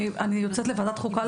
אני יוצאת להצבעה בוועדת חוקה.